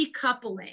decoupling